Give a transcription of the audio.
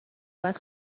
باید